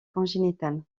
congénitale